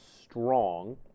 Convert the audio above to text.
strong